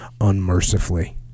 unmercifully